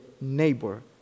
neighbor